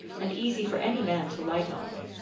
and easy for any man to light on,